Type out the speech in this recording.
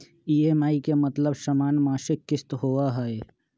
EMI के मतलब समान मासिक किस्त होहई?